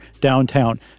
downtown